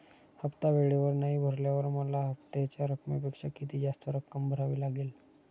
हफ्ता वेळेवर नाही भरल्यावर मला हप्त्याच्या रकमेपेक्षा किती जास्त रक्कम भरावी लागेल?